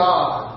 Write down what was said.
God